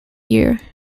year